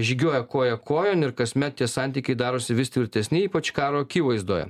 žygiuoja koja kojon ir kasmet tie santykiai darosi vis tvirtesni ypač karo akivaizdoje